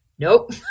nope